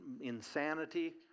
insanity